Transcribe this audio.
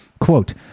Quote